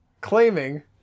claiming